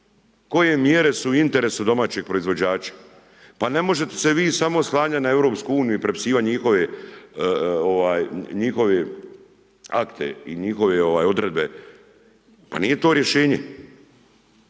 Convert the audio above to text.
Koje mjere su u interesu domaćeg proizvođača? Pa ne možete se vi samo oslanjat na EU i prepisivanje njihove akte i njihove odredbe pa nije to rješenje,